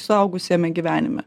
suaugusiame gyvenime